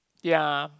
ya